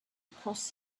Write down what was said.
across